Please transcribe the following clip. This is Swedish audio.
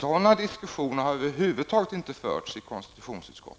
Sådana diskussioner har över huvud taget inte förts i konstitutionsutskottet